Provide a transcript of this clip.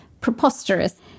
preposterous